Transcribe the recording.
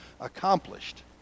accomplished